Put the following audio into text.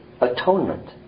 atonement